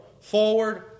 forward